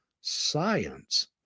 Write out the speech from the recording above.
science